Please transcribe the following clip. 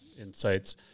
insights